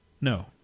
no